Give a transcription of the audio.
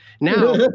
Now